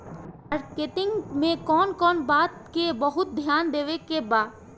Marketing मे कौन कौन बात के बहुत ध्यान देवे के बा?